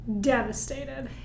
devastated